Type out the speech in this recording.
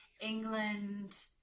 England